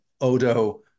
Odo